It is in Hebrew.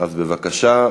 בבקשה.